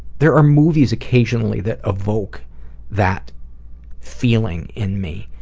there are movies occasionally that evoke that feeling in me.